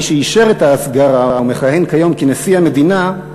מי שאישר את ההסגרה ומכהן כיום כנשיא המדינה,